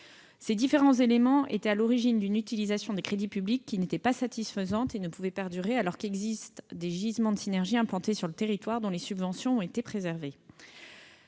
Ces différents éléments étaient à l'origine d'une utilisation des crédits publics, qui, insatisfaisante, ne pouvait pas perdurer, alors qu'il existe des gisements de synergies dans les territoires dont les subventions ont été préservées.